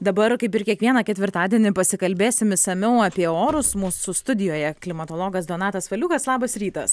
dabar kaip ir kiekvieną ketvirtadienį pasikalbėsim išsamiau apie orus mūsų studijoje klimatologas donatas valiukas labas rytas